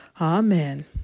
Amen